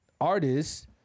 artists